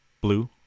Blue